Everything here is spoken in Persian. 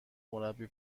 مربی